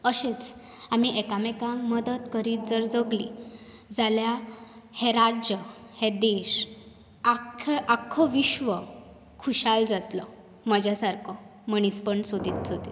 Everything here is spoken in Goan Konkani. अशेंच आमी एकामेकांक मदत करीत जर जगलीं जाल्या हें राज्य हे देश आख्ख आख्खो विश्व खुशाल जातलो म्हज्या सारको मनीसपण सोदीत सोदीत